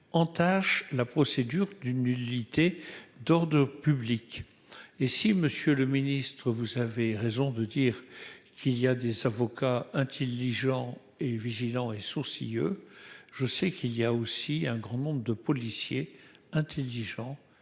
entache la procédure d'une nullité d'ordre public et si Monsieur le Ministre, vous avez raison de dire qu'il y a des avocats intelligent et vigilants et sourcilleux, je sais qu'il y a aussi un grand nombre de policiers intelligents